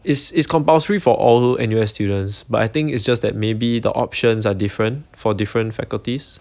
is is compulsory for all N_U_S students but I think it's just that maybe the options are different for different faculties